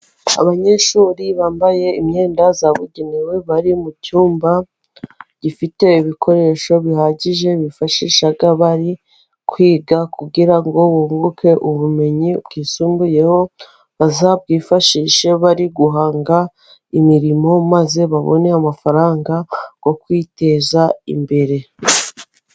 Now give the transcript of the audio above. Abanyeshuri bambaye imyenda yabugenewe bari mu cyumba gifite ibikoresho bihagije bifashisha bari kwiga, kugira ngo bunguke ubumenyi bwisumbuyeho bazabwifashishe bari guhanga imirimo, maze babone amafaranga yo kwiteza imbere.